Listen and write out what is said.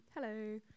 Hello